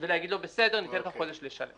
ולהגיד לו, בסדר, ניתן לך חודש לשלם.